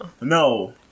No